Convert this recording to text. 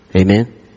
Amen